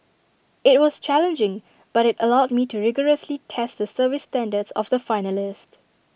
IT was challenging but IT allowed me to rigorously test the service standards of the finalist